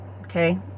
okay